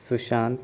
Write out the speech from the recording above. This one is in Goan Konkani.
सुशांत